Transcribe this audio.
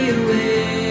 away